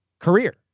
career